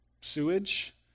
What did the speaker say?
Sewage